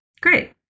Great